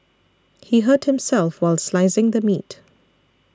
he hurt himself while slicing the meat